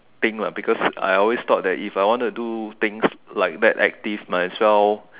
thing lah because I always thought that if I want to do things like that active might as well